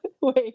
Wait